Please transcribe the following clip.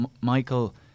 Michael